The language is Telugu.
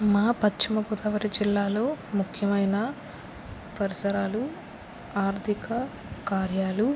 మా పశ్చిమగోదావరి జిల్లాలో ముఖ్యమైన పరిసరాలు ఆర్థిక కార్యాలు